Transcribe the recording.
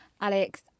Alex